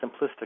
simplistic